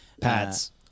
pads